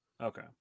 Okay